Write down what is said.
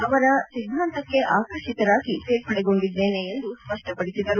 ಅವರ ಸಿದ್ದಾಂತಕ್ಕೆ ಆಕರ್ಷಿತರಾಗಿ ಸೇರ್ಪಡೆಗೊಂಡಿದ್ದೇನೆ ಎಂದು ಸ್ಪಷ್ಟಪಡಿಸಿದರು